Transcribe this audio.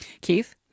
Keith